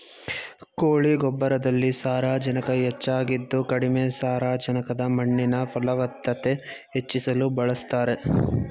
ಕೋಳಿ ಗೊಬ್ಬರದಲ್ಲಿ ಸಾರಜನಕ ಹೆಚ್ಚಾಗಿದ್ದು ಕಡಿಮೆ ಸಾರಜನಕದ ಮಣ್ಣಿನ ಫಲವತ್ತತೆ ಹೆಚ್ಚಿಸಲು ಬಳಸ್ತಾರೆ